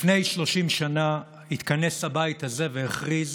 לפני 30 שנה התכנס הבית הזה והכריז